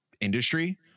industry